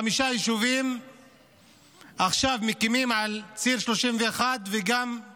חמישה יישובים עכשיו מקימים על ציר 31 וגם על